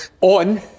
On